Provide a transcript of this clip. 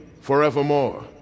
forevermore